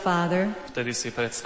Father